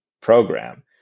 program